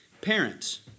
Parents